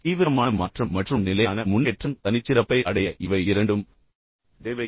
தீவிரமான மாற்றம் மற்றும் நிலையான முன்னேற்றம் தனிச்சிறப்பை அடைய இவை இரண்டும் தேவை